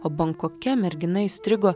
o bankoke mergina įstrigo